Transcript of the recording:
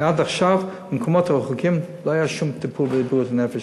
ועד עכשיו במקומות הרחוקים לא היה שום טיפול בבריאות הנפש.